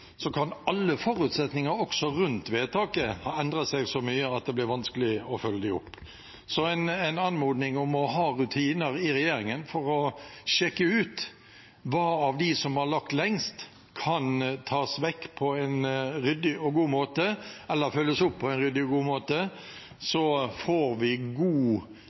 kan alle forutsetninger også rundt vedtaket ha endret seg så mye at det blir vanskelig å følge dem opp. Så det er en anmodning om å ha rutiner i regjeringen for å sjekke ut hvilke av dem som har ligget lengst, som kan tas vekk på en ryddig og god måte eller følges opp på en ryddig og god måte. Da får vi god